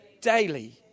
daily